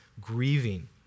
grieving